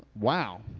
wow